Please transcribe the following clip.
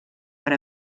per